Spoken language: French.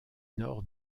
nord